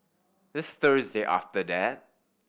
the Thursday after that